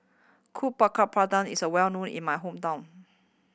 Kuih Bakar Pandan is a well known in my hometown